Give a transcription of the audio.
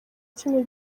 kimwe